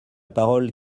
parole